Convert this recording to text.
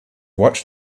watched